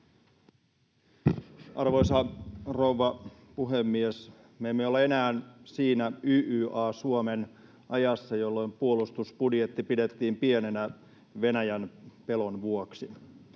Arvoisa rouva puhemies! Me emme ole enää siinä YYA-Suomen ajassa, jolloin puolustusbudjetti pidettiin pienenä Venäjän pelon vuoksi.